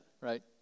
right